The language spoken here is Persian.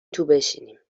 بشینیم